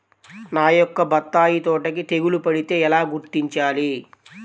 నా యొక్క బత్తాయి తోటకి తెగులు పడితే ఎలా గుర్తించాలి?